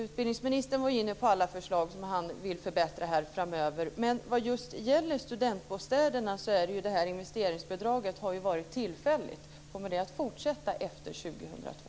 Utbildningsministern var inne på alla förslag på områden där han vill förbättra framöver. Men vad gäller just studentbostäderna har ju investeringsbidraget varit tillfälligt. Kommer det att fortsätta efter år 2002?